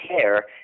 care